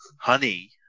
Honey